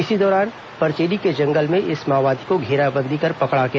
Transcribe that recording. इसी दौरान परचेली के जंगल में इस माओवादी को घेराबेदी कर पकड़ा गया